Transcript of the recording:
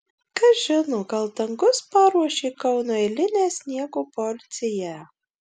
kas žino gal dangus paruošė kaunui eilinę sniego porciją